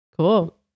cool